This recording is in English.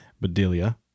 bedelia